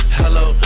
hello